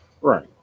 Right